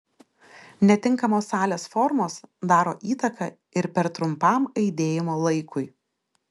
netinkamos salės formos daro įtaką ir per trumpam aidėjimo laikui